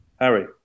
harry